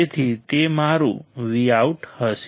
તેથી તે મારું Vout હશે